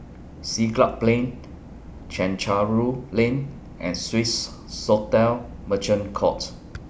Siglap Plain Chencharu Lane and Swissotel Merchant Court